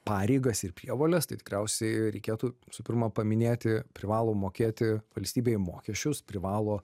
pareigas ir prievoles tai tikriausiai reikėtų visų pirma paminėti privalo mokėti valstybei mokesčius privalo